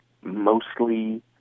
mostly